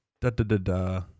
da-da-da-da